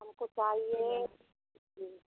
हमको चाहिए इसलिए